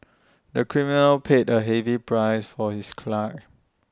the criminal paid A heavy price for his crime